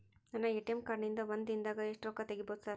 ನನ್ನ ATM card ನಿಂದಾ ಒಂದ್ ದಿಂದಾಗ ಎಷ್ಟ ರೊಕ್ಕಾ ತೆಗಿಬೋದು ಸಾರ್?